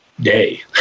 day